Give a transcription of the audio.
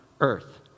earth